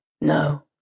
No